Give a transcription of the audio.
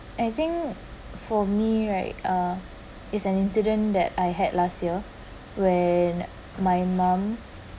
I think for me right uh is an incident that I had last year when my mum